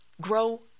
Grow